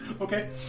Okay